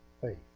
faith